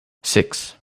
six